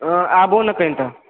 आबुने कनि तऽ